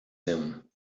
him